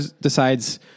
decides